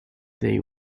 they